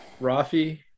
Rafi